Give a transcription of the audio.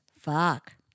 Fuck